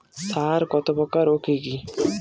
সার কত প্রকার ও কি কি?